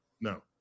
No